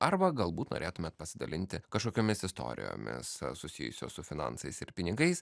arba galbūt norėtumėt pasidalinti kažkokiomis istorijomis susijusios su finansais ir pinigais